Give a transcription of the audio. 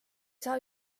saa